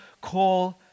call